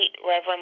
Reverend